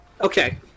Okay